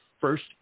first